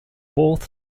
both